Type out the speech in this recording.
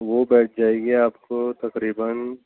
وہ بیٹھ جائے گی آپ کو تقریباً